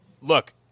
look